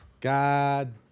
God